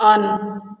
on